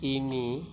তিনি